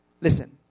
Listen